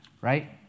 right